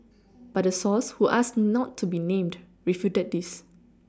but the source who asked not to be named refuted this